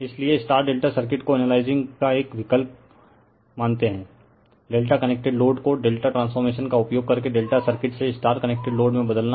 refer slide time 1350 इसलिए ∆ circuit को analysing का एक विकल्प हैं ∆ कनेक्टेड लोड को ∆ ट्रांसफॉर्मेशन का उपयोग करके ∆ सर्किट से कनेक्टेड लोड में बदलना